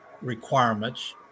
requirements